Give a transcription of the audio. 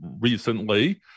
recently